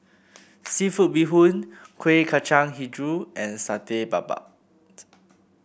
seafood Bee Hoon Kueh Kacang hijau and Satay Babat